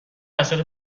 بساط